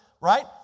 right